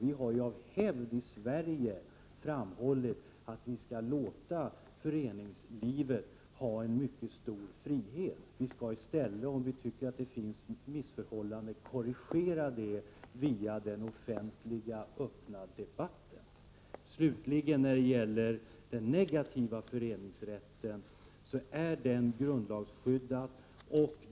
Vi har av hävd i Sverige framhållit att vi skall låta föreningslivet ha en mycket stor frihet. Vi skall i stället, om vi tycker att det finns missförhållanden, korrigera dem via den offentliga, öppna debatten. Den negativa föreningsrätten är grundlagsskyddad.